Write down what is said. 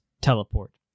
teleport